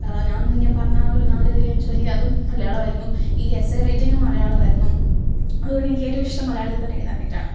ഞാനെന്ന് പറഞ്ഞാൽ ഒരു നാല് വരി അഞ്ച് വരി അതും മലയാളമായിരുന്നു ഈ എസ്സെ റൈറ്റിങ്ങും മലയാളമായിരുന്നു അതുകൊണ്ട് എനിക്ക് ഏറ്റവും ഇഷ്ടം മലയാളത്തിൽത്തന്നെ എഴുതാനായിട്ടാണ്